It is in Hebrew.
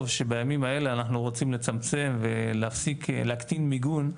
שבימים האלה אנחנו רוצים לצמצם ולהקטין מיגון,